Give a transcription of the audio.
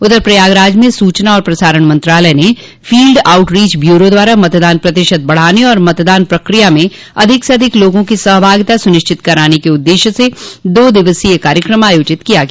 उधर प्रयागराज में सूचना और प्रसारण मंत्रालय ने फील्ड आउटरीच ब्यूरो द्वारा मतदान प्रतिशत बढ़ाने और मतदान प्रक्रिया में अधिक से अधिक लोगों की सहभागिता सुनिश्चित कराने के उद्देश्य से दो दिवसीय कार्यक्रम आयोजित किया गया